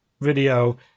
video